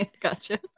Gotcha